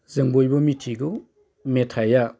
जों बयबो मिथिगौ मेथाइआ